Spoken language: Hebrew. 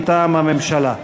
מטעם הממשלה,